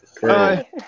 Hi